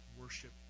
worship